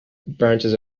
branches